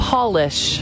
Polish